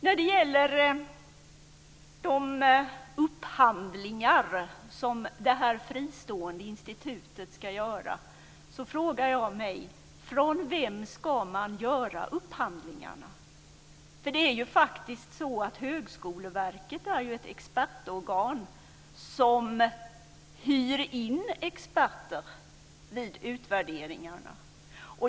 När det gäller de upphandlingar som det här fristående institutet ska göra frågar jag mig: Från vem ska man göra upphandlingarna? Det är ju faktiskt så att Högskoleverket är ett expertorgan som hyr in experter vid utvärderingarna.